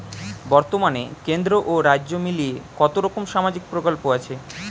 বতর্মানে কেন্দ্র ও রাজ্য মিলিয়ে কতরকম সামাজিক প্রকল্প আছে?